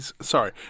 Sorry